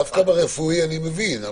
דווקא ברפואי אני מבין.